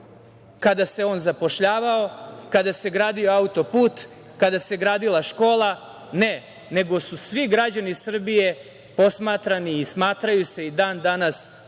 kada se on zapošljavao, kada se gradio auto-put, kada se gradila škola. Ne, nego su svi građani Srbije posmatrani i smatraju se i dan-danas podjednako